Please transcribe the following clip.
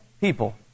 people